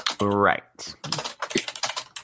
Right